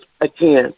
again